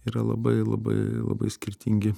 yra labai labai labai skirtingi